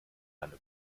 eine